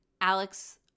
Alex